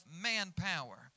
manpower